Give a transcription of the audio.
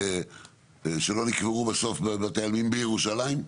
שלא נקברו בסוף בבתי העלמין בירושלים?